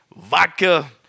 vodka